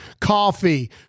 coffee